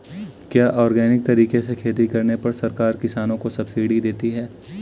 क्या ऑर्गेनिक तरीके से खेती करने पर सरकार किसानों को सब्सिडी देती है?